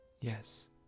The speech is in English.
Yes